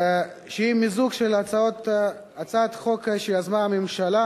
הצעת החוק היא מיזוג של הצעת חוק שיזמה הממשלה